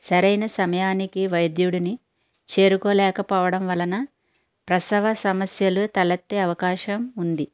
సరైన సమయానికి వైద్యుడిని చేరుకోలేక పోవడం వలన ప్రసవ సమస్యలు తలెత్తే అవకాశం ఉంది